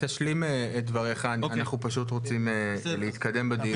תשלים את דבריך, אנחנו פשוט רוצים להתקדם בדיון.